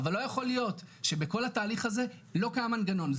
אבל לא יכול להיות שבכל התהליך הזה לא קם מנגנון,